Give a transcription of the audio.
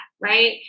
Right